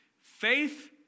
faith